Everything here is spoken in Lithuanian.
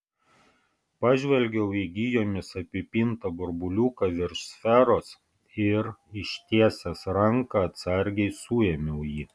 pažvelgiau į gijomis apipintą burbuliuką virš sferos ir ištiesęs ranką atsargiai suėmiau jį